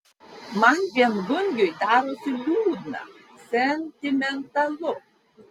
man viengungiui darosi liūdna sentimentalu